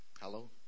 Hello